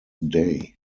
day